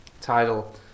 title